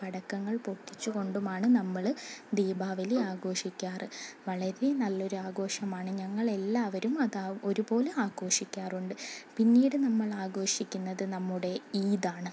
പടക്കങ്ങൾ പൊട്ടിച്ചു കൊണ്ടുമാണ് നമ്മൾ ദീപാവലി ആഘോഷിക്കാറുള്ളത് വളരെ നല്ല ഒരു ആഘോഷമാണ് ഞങ്ങളെല്ലാവരും അത് ഒരുപോലെ ആഘോഷിക്കാറുണ്ട് പിന്നീട് നമ്മൾ ആഘോഷിക്കുന്നത് നമ്മുടെ ഈദാണ്